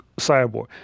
cyborg